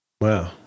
Wow